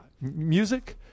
music